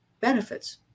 benefits